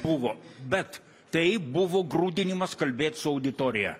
buvo bet tai buvo grūdinimas kalbėt su auditorija